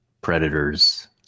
Predators